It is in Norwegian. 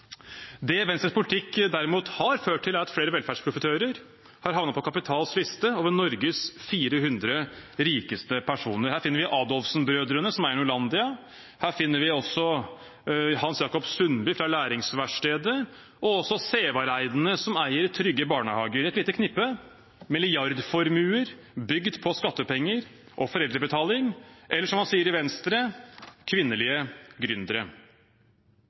Det Venstres politikk derimot har ført til, er at flere velferdsprofitører har havnet på Kapitals liste over Norges 400 rikeste personer. Her finner vi Adolfsen-brødrene, som eier Norlandia. Her finner vi også Hans Jacob Sundby fra Læringsverkstedet og også Sævareid-ene som eier Trygge Barnehager – et lite knippe milliardformuer bygd på skattepenger og foreldrebetaling, eller som man sier i Venstre: kvinnelige